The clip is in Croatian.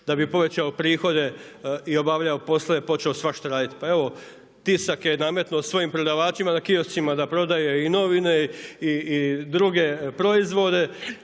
da bi povećao prihode i obavljao poslove počeo svašta raditi? Pa evo, Tisak je nametnuo svojim prodavačima na kioscima da prodaje i novine i druge proizvode